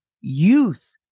youth